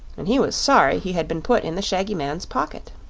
and he was sorry he had been put in the shaggy man's pocket.